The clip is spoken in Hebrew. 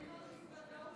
אין עוד מלבדו.